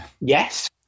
yes